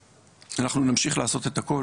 ואנחנו נמשיך לעשות את הכל